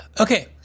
Okay